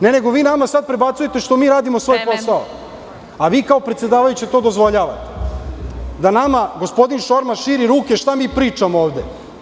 Ne, nego vi nama sada prebacujete što mi radimo svoj posao, a vi kao predsedavajuća to dozvoljavate, da nama gospodin Šormaz širi ruke šta mi pričamo ovde.